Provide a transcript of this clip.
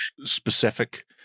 specific